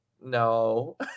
No